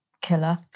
killer